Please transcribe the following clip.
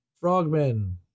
Frogmen